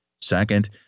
Second